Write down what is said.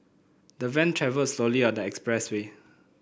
the van travelled slowly on the expressway